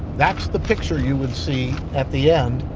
that's the picture you would see at the end.